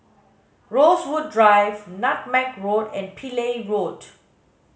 Rosewood Drive Nutmeg Road and Pillai Road